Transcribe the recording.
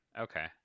Okay